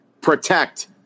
Protect